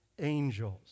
angels